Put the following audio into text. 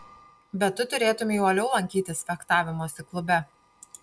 bet tu turėtumei uoliau lankytis fechtavimosi klube